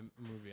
movie